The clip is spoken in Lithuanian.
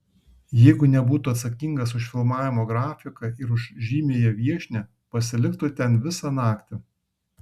jeigu nebūtų atsakingas už filmavimo grafiką ir už žymiąją viešnią pasiliktų ten visą naktį